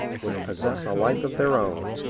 which possess a life of their own,